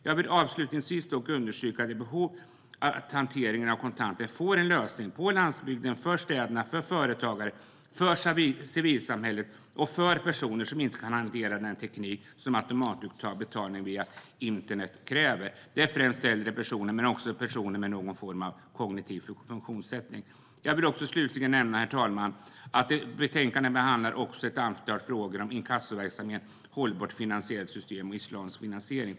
Jag vill dock understryka behovet av att hanteringen av kontanter får en lösning på landsbygden, för städerna, för företagarna, för civilsamhället och för personer som inte kan hantera den teknik som automatuttag och betalning via internet kräver. Det är främst äldre personer men också personer med någon form av kognitiv funktionsnedsättning. Jag vill slutligen nämna, herr talman, att i betänkandet behandlas även ett antal frågor om inkassoverksamhet, hållbart finansiellt system och islamisk finansiering.